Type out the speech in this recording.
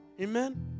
Amen